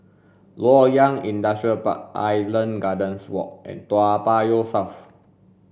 Loyang Industrial Park Island Gardens Walk and Toa Payoh South